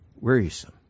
wearisome